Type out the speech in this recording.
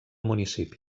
municipi